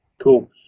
Cool